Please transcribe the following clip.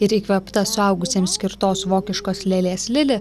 ir įkvėpta suaugusiems skirtos vokiškos lėlės lili